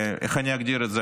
ואיך אני אגדיר את זה,